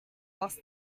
lost